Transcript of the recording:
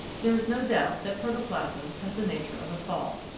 there is no doubt that protoplasm has the nature of a sol.